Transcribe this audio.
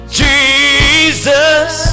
jesus